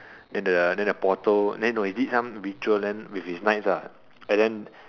then the then the portal then no he did some ritual land with his knights ah and then